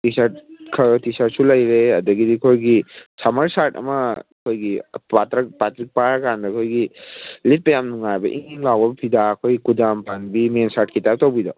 T shirt ꯈꯔ T ꯁꯥꯔꯠꯁꯨ ꯂꯩꯔꯦ ꯑꯗꯒꯤꯗꯤ ꯑꯩꯈꯣꯏꯒꯤ ꯁꯝꯃꯔ ꯁꯥꯔꯠ ꯑꯃ ꯑꯩꯈꯣꯏꯒꯤ ꯄꯥꯊ꯭ꯔꯤꯛ ꯄꯥꯔꯀꯥꯟꯗ ꯑꯩꯈꯣꯏꯒꯤ ꯂꯤꯠꯄ ꯌꯥꯝ ꯅꯨꯡꯉꯥꯏꯕ ꯏꯪ ꯏꯪ ꯂꯥꯎꯕ ꯐꯤꯗꯥ ꯑꯩꯈꯣꯏ ꯀꯨꯗꯥꯝ ꯄꯥꯟꯕꯤ ꯃꯦꯟ ꯁꯥꯔꯠꯀꯤ ꯇꯥꯏꯞ ꯇꯧꯕꯤꯗꯣ